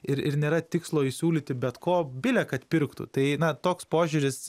ir ir nėra tikslo įsiūlyti bet ko bile kad pirktų tai na toks požiūris